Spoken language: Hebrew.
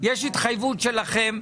יש התחייבות שלכם.